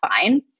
fine